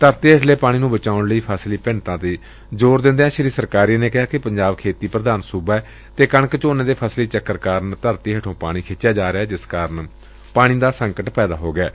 ਧਰਤੀ ਹੇਠਲੇ ਪਾਣੀ ਨੂੰ ਬਚਾਉਣ ਲਈ ਫਸਲੀ ਵਿਭਿੰਨਤਾ ਤੇ ਜ਼ੋਰ ਦਿੰਦਿਆਂ ਸ੍ਰੀ ਸਰਕਾਰੀਆ ਨੇ ਕਿਹਾ ਕਿ ਪੰਜਾਬ ਖੇਤੀ ਪ੍ਰਧਾਨ ਸੁਬਾ ਏ ਅਤੇ ਕਣਕ ਝੋਨੇ ਦੇ ਫਸਲੀ ਚੱਕਰ ਕਾਰਨ ਧਰਤੀ ਹੇਠੋ ਪਾਣੀ ਖਿੱਚਿਆ ਜਾ ਰਿਹੈ ਜਿਸ ਕਾਰਨ ਪਾਣੀ ਦਾ ਸੰਕਟ ਪੈਦਾ ਹੋ ਗਿਐ